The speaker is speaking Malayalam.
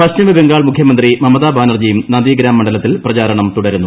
പശ്ചിമബംഗാൾ മുഖ്യമന്ത്രി മമതാ ബാനർജിയും നന്ദിഗ്രാം മണ്ഡലത്തിൽ പ്രചാരണം തുടരുന്നു